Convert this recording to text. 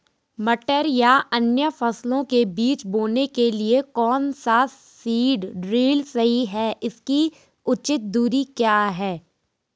मटर या अन्य फसलों के बीज बोने के लिए कौन सा सीड ड्रील सही है इसकी उचित दूरी क्या है?